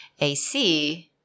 AC